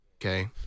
Okay